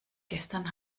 gestern